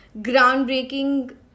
groundbreaking